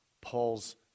Paul's